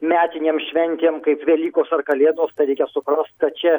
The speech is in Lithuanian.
metinėm šventėm kaip velykos ar kalėdos tai reikia suprast kad čia